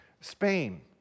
Spain